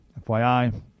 FYI